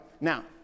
Now